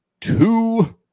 two